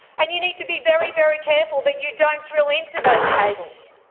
and you need to be very, very careful that you don't drill into those cables.